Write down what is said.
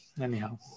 anyhow